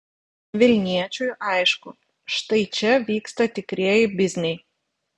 vilniečiui aišku štai čia vyksta tikrieji bizniai